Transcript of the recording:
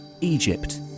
Egypt